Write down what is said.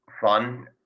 fun